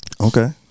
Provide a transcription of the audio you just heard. Okay